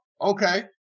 Okay